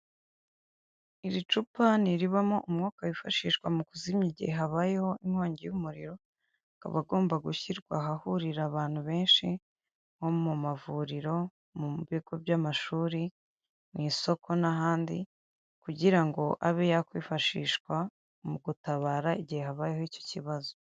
Iri cupa ni iribamo umwuka wifashishwa mu kuzimya igihe habayeho inkongi y'umuriro akaba agomba gushyirwa ahahurira abantu benshi nko mu mavuriro mu bigo by'amashuri mu isoko n'ahandi kugira ngo abe yakwifashishwa mu gutabara igihe habayeho icyo kibazo.